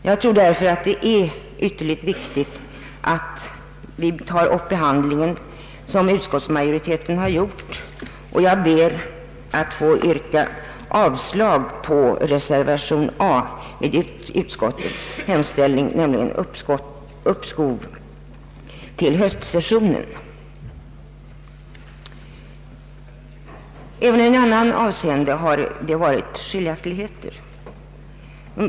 Jag anser därför att det är ytterligt viktigt att vi tar upp ärendet till behandling, så som utskottet har föreslagit, och jag ber att få yrka avslag på reservation 1 vid punkten A angående uppskov till höstsessionen. Även i ett annat avseende har det varit skiljaktigheter.